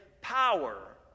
power